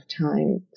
time